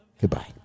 Goodbye